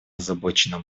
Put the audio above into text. озабочена